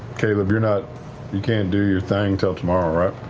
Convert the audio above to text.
caleb, you're not you can't do your thing till tomorrow, right?